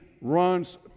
runs